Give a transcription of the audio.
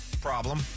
problem